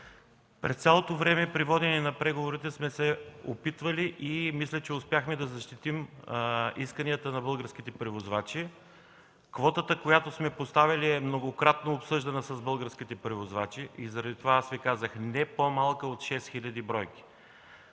През цялото време при воденето на преговорите сме се опитвали и мисля, че успяхме да защитим исканията на българските превозвачи. Квотата, която сме поставили, е многократно обсъждана с българските превозвачи и заради това аз Ви казах – не по-малко от шест хиляди бройки.